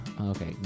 Okay